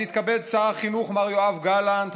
אז יתכבד שר החינוך מר יואב גלנט,